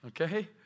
Okay